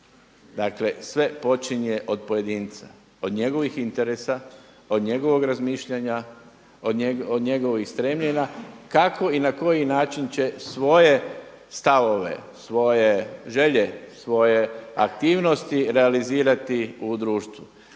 Dakle, sve počinje od pojedinca, od njegovih interesa, od njegovog razmišljanja, od njegovih stremljenja kako i na koji način će svoje stavove, svoje želje, svoje aktivnosti realizirati u društvu.